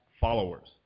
followers